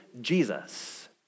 Jesus